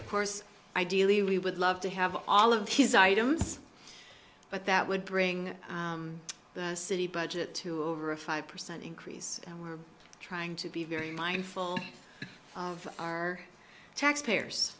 of course ideally we would love to have all of his items but that would bring the city budget to over a five percent increase and we're trying to be very mindful of our taxpayers